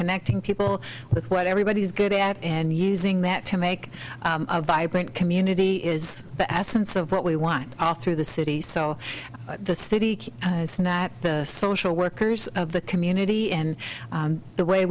connecting people with what everybody's good at and using that to make a vibrant community is the essence of what we want our through the city so the city is not the social workers of the community and the way